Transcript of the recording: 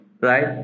right